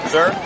Sir